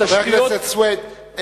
חבר הכנסת סוייד,